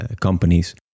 companies